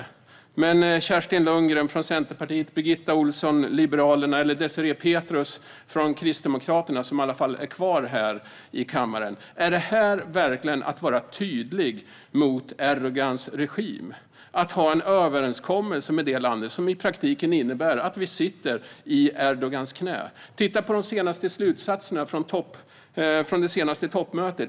Jag vill ställa en fråga till Kerstin Lundgren från Centerpartiet, Birgitta Ohlsson från Liberalerna eller Désirée Pethrus från Kristdemokraterna - som är kvar här i kammaren: Är detta verkligen att vara tydlig mot Erdogans regim, alltså att ha en överenskommelse med detta land som i praktiken innebär att vi sitter i Erdogans knä? Titta på slutsatserna från det senaste toppmötet.